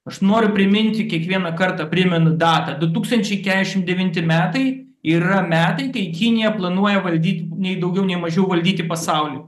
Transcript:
aš noriu priminti kiekvieną kartą primenu datą du tūkstančiai kešim devinti metai yra metai kai kinija planuoja valdyti nei daugiau nei mažiau valdyti pasaulį